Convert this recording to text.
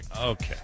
okay